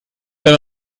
wenn